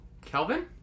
Kelvin